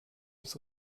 des